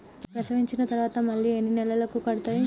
ప్రసవించిన తర్వాత మళ్ళీ ఎన్ని నెలలకు కడతాయి?